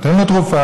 אתה נותן לו תרופה.